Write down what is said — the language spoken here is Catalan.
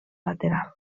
lateral